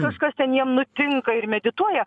kažkas ten jiem nutinka ir medituoja